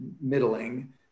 middling